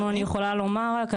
אני יכולה לומר רק,